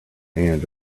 and